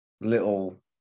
little